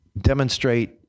demonstrate